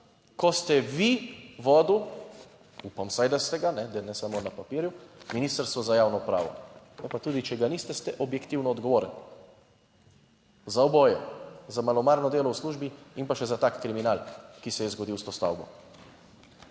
ko ste vi vodili - upam vsaj, da ste ga, da ne samo na papirju - Ministrstvo za javno upravo. Pa tudi če ga niste ste objektivno odgovoren za oboje, za malomarno delo v službi in pa še za tak kriminal, ki se je zgodil s to stavbo.